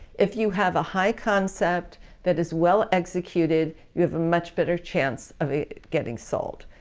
if you have a high-concept that is well-executed, you have a much better chance of it getting sold.